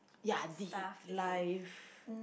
ya deep life